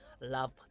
Love